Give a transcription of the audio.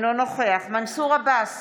אינו נוכח מנסור עבאס,